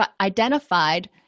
identified